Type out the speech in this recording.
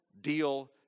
deal